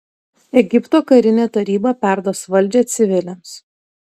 egipto karinė taryba perduos valdžią civiliams